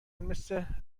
مثل